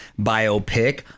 biopic